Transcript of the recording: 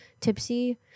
tipsy